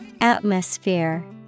Atmosphere